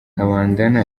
kabandana